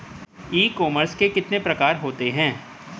ई commerce के कितने प्रकार होते हैं?